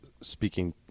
speaking